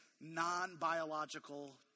non-biological